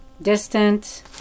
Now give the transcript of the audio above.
Distant